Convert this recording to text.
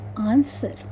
answer